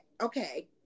Okay